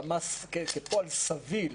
כפועל סביל,